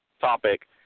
topic